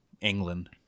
England